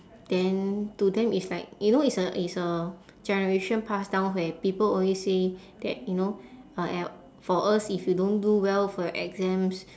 then to them it's like you know it's a it's a generation pass down where people always say that you know uh e~ for us if you don't do well for your exams